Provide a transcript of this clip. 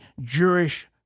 Jewish